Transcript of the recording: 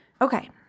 Okay